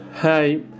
Hi